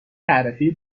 تعرفه